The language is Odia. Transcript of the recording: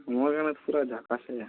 ମୁଁ କ'ଣ ପୁରା ଝାକାସ୍ ଏୟା